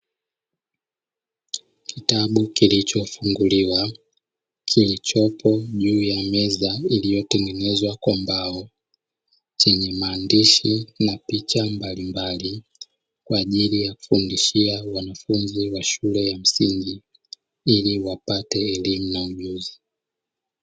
Kitabu kilicho funguliwa kilichopo juu ya meza, iliyotengenezwa kwa mbao, chenye picha na maandishi mbalimbali, kwa ajili ya kufundishia wanafunzi wa shule ya msingi ili wapate elimu na ujuzi.